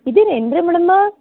ಇದ್ದೀರೇನ್ರಿ madam